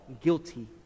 guilty